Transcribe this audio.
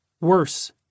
Worse